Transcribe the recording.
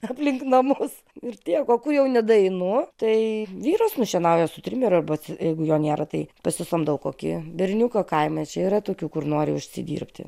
aplink namus ir tiek o ko jau nedeinu tai vyras nušienauja su trimeriu arba jeigu jo nėra tai pasisamdau kokį berniuką kaime čia yra tokių kur nori užsidirbti